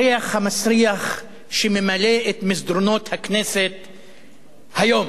בריח המסריח שממלא את מסדרונות הכנסת היום.